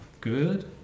good